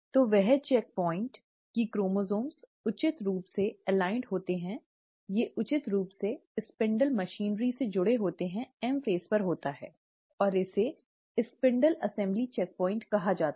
तो वह checkpoint कि क्रोमोसोम उचित रूप से संरेखित होते हैं वे उचित रूप से स्पिंडल मशीनरी से जुड़े होते हैं एम चरण पर होता है और इसे स्पिंडल असेंबली चेक प्वाइंट कहा जाता है